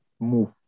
move